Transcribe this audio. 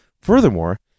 Furthermore